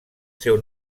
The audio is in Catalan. seu